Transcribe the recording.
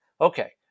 Okay